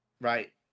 right